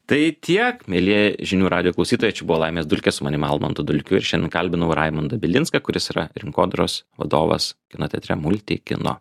tai tiek mielieji žinių radijo klausytojai čia buvo laimės dulkės su manim almantu dulkiu ir šen kalbinau raimundą bilinską kuris yra rinkodaros vadovas kino teatre multi kino